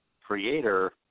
creator